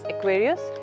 Aquarius